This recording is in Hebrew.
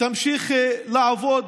תמשיך לעבוד.